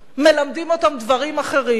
מלמדים אותם דברים אחרים.